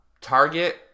target